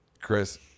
chris